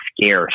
scarce